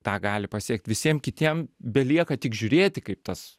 tą gali pasiekt visiem kitiem belieka tik žiūrėti kaip tas